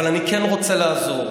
אבל אני כן רוצה לעזור.